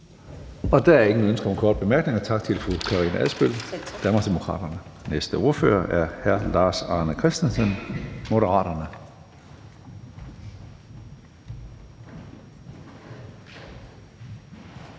Der er ingen ønsker om korte bemærkninger. Tak til fru Karina Adsbøl, Danmarksdemokraterne. Næste ordfører er hr. Lars Arne Christensen, Moderaterne.